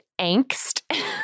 angst